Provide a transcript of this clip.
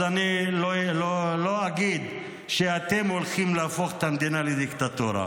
אז אני לא אגיד שאתם הולכים להפוך את המדינה לדיקטטורה.